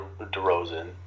DeRozan